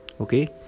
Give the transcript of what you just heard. okay